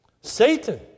Satan